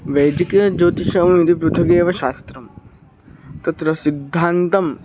वैदिकं ज्योतिषम् इति पृथगेव शास्त्रं तत्र सिद्धान्तं